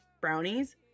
brownies